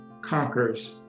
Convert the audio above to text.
conquers